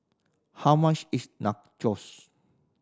how much is Nachos